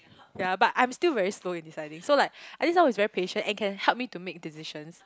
ya but I'm still very slow in deciding so like I need someone who is very patient and can help me to make decisions